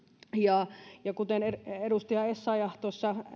ja ja kuten edustaja essayah tuossa